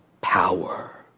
power